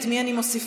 את מי אני מוסיפה?